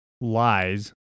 lies